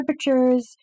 temperatures